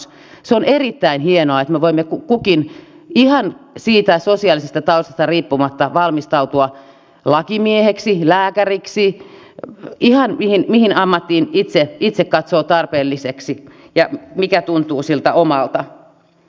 se on erittäin hienoa että me voimme ihan siitä sosiaalisesta taustasta riippumatta valmistua lakimieheksi lääkäriksi ihan mihin ammattiin kukin itse katsoo tarpeelliseksi ja mikä tuntuu siltä omalta